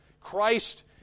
Christ